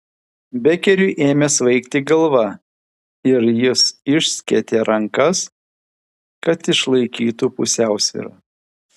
bekeriui ėmė svaigti galva ir jis išskėtė rankas kad išlaikytų pusiausvyrą